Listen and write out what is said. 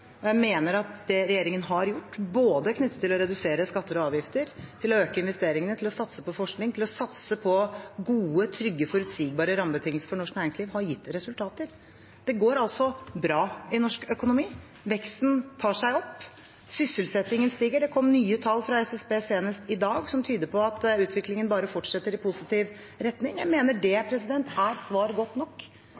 og jeg mener at det regjeringen har gjort, både knyttet til å redusere skatter og avgifter, til å øke investeringene, til å satse på forskning og til å satse på gode, trygge og forutsigbare rammebetingelser for norsk næringsliv, har gitt resultater. Det går bra i norsk økonomi. Veksten tar seg opp. Sysselsettingen stiger. Det kom nye tall fra SSB senest i dag som tyder på at utviklingen bare fortsetter i positiv retning. Jeg mener det